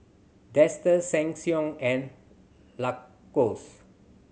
Dester Sheng Siong and Lacoste